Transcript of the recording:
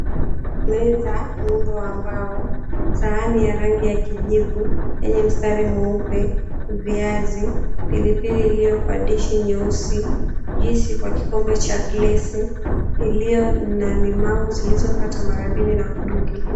Meza muundo wa mbao, sahani ya rangi ya kijivu yenye mstari mweupe. Viazi, pilipili iliyo kwa dishi nyeusi. Juisi kwa kikombe cha glesi iliyo na limau zilizokatwa mara mbili na kudungiliwa.